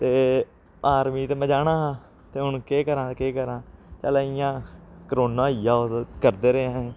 ते आर्मी ते में जाना हा ते हून केह् करां केह् करां चल इ'यां कोरोना होई गेआ करदे रेह् असें